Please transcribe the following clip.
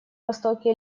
востоке